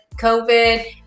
COVID